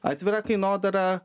atvira kainodara